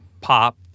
pop